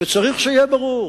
וצריך שיהיה ברור,